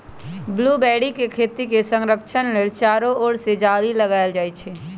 blueberry के खेती के संरक्षण लेल चारो ओर से जाली लगाएल जाइ छै